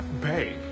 babe